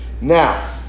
now